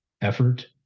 effort